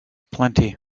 plenty